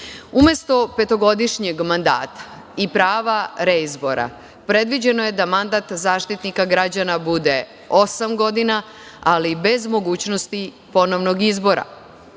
Umesto petogodišnjeg mandata i prava reizbora, predviđeno je da mandat Zaštitnika građana bude osam godina, ali bez mogućnosti ponovnog